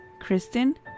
Kristen